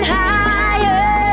higher